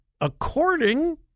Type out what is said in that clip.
According